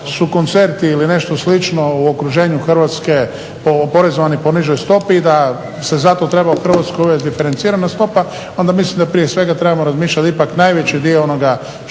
da su koncerti ili nešto slično u okruženju Hrvatske porezovani po nižoj stopi i da se zato treba u Hrvatskoj uvesti diferencirana stopa onda mislim da prije svega trebamo razmišljati da ipak najveći dio onoga što